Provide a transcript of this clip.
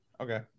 Okay